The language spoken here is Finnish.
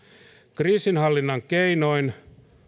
kriisinhallinnan keinoin